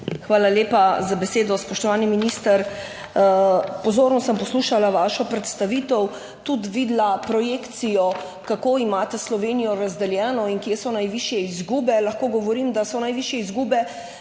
Hvala lepa za besedo. Spoštovani minister!. Pozorno sem poslušala vašo predstavitev, tudi videla projekcijo, kako imate Slovenijo razdeljeno In kje so najvišje izgube. Lahko govorim, da so najvišje izgube